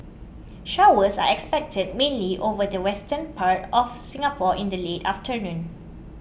showers are expected mainly over the western part of Singapore in the late afternoon